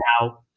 Now